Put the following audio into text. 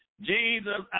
Jesus